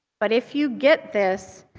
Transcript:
but if you get this,